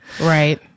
Right